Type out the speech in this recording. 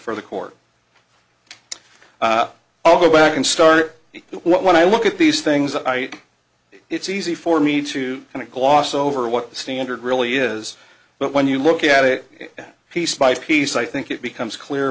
for the court i'll go back and start when i look at these things that i it's easy for me to kind of gloss over what the standard really is but when you look at it piece by piece i think it becomes clear